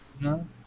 No